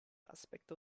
aspekto